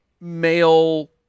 male